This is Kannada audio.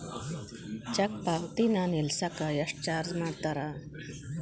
ಚೆಕ್ ಪಾವತಿನ ನಿಲ್ಸಕ ಎಷ್ಟ ಚಾರ್ಜ್ ಮಾಡ್ತಾರಾ